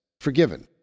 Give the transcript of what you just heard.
forgiven